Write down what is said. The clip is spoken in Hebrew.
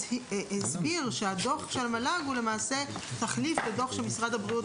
הסביר שהדוח של המל"ג הוא תחליף לדוח שמשרד הבריאות